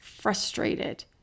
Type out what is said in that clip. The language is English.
frustrated